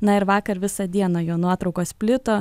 na ir vakar visą dieną jo nuotraukos plito